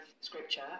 scripture